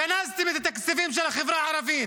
גנזתם את התקציבים של החברה הערבית,